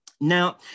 Now